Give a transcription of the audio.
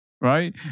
right